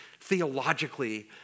theologically